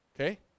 Okay